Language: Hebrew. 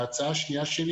ההצעה השנייה שלי